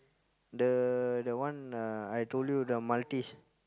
the that one uh I told you the Maltese